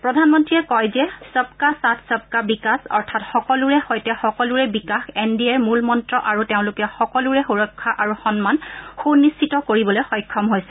প্ৰধানমন্ত্ৰীয়ে কয় যে সবকা সাথ সবকা বিকাশ অৰ্থাৎ সকলোৰে সৈতে সকলোৰে বিকাশ এন ডি এৰ মূল মন্ত্ৰ আৰু তেওঁলোকে সকলোৰে সূৰক্ষা আৰু সন্মান সুনিশ্চিত কৰিবলৈ সক্ষম হৈছে